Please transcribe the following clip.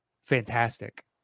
fantastic